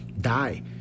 die